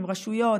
עם רשויות,